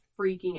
freaking